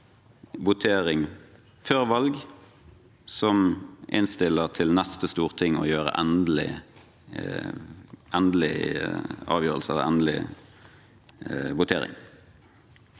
votering før valg som innstiller til neste storting å ta en endelig avgjørelse og foreta en endelig votering.